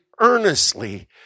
earnestly